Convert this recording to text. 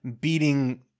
beating